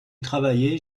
travailler